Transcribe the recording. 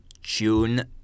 June